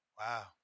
Wow